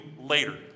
later